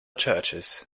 churches